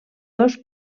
dos